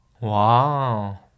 Wow